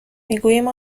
میگوییم